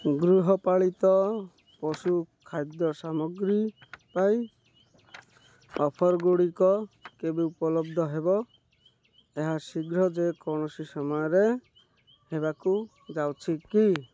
ଗୃହପାଳିତ ପଶୁ ଖାଦ୍ୟ ସାମଗ୍ରୀ ପାଇଁ ଅଫର୍ଗୁଡ଼ିକ କେବେ ଉପଲବ୍ଧ ହେବ ଏହା ଶୀଘ୍ର ଯେକୌଣସି ସମୟରେ ହେବାକୁ ଯାଉଛି କି